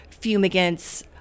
fumigants